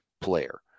player